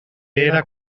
era